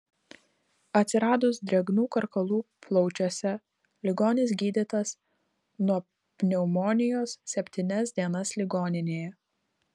atsiradus drėgnų karkalų plaučiuose ligonis gydytas nuo pneumonijos septynias dienas ligoninėje